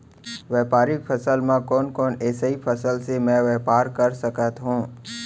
व्यापारिक फसल म कोन कोन एसई फसल से मैं व्यापार कर सकत हो?